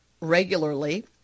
regularly